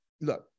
Look